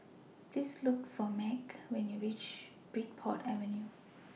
Please Look For Meg when YOU REACH Bridport Avenue